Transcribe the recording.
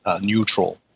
neutral